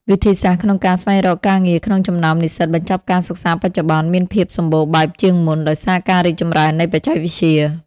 វិធីសាស្ត្រក្នុងការរស្វែងរកការងារក្នុងចំណោមនិស្សិតបញ្ចប់ការសិក្សាបច្ចុប្បន្ន មានភាពសម្បូរបែបជាងមុន ដោយសារការរីកចម្រើននៃបច្ចេកវិទ្យា។